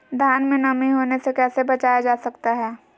धान में नमी होने से कैसे बचाया जा सकता है?